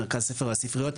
מרכז ספר הספריות,